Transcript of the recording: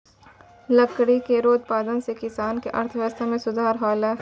लकड़ी केरो उत्पादन सें किसानो क अर्थव्यवस्था में सुधार हौलय